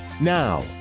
Now